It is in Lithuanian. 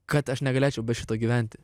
kad aš negalėčiau be šito gyventi